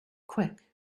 quick